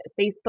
Facebook